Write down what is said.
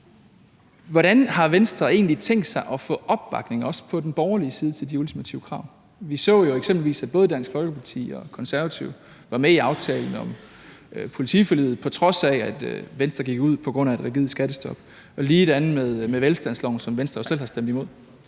Hvordan har Venstre egentlig tænkt sig at få opbakning, også på den borgerlige side, til de ultimative krav? Vi så jo eksempelvis, at både Dansk Folkeparti og Konservative var med i aftalen om politiforliget, på trods af at Venstre gik ud på grund af et rigidt skattestop, og ligedan med velstandsloven, som Venstre jo selv har stemt imod.